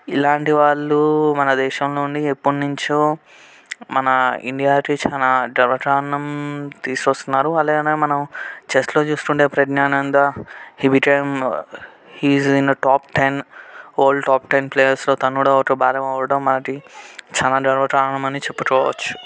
ఇలాంటి వాళ్ళు మన దేశంలో ఉండి ఎప్పటినుంచో మన ఇండియాకి చాలా గర్వకారణం తీసుకొస్తున్నారు అలాగనే మనం చెస్లో చూసుకుంటే Praggnanandhaa he became he is in top ten old top ten ప్లేయర్స్లో తను కూడా ఒక భాగం అవ్వడం మనకి చాలా గర్వకారణం అని చెప్పుకోవచ్చు